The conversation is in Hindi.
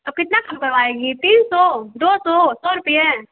तो कितना कम करवाएँगी तीन सौ दो सौ सौ रूपये